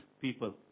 people